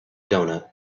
doughnut